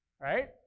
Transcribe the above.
Right